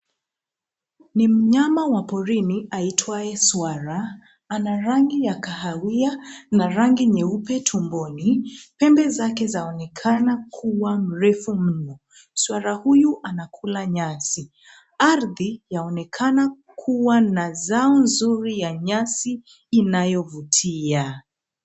Ni mnyama wa porini aitwaye swara. Ana rangi ya kahawia na rangi nyeupe tumboni, pembe zake zaoenekana kuwa mrefu mno. Swara huyu anakula nyasi. Ardhi yaonekana kua na zao nzuri ya nyasi inayovutia.